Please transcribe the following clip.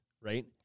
right